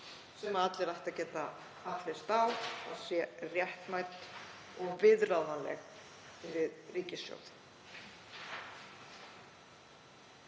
sem allir ættu að geta fallist á að sé réttmæt og viðráðanleg fyrir ríkissjóð.